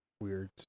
weird